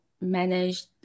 manage